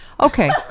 Okay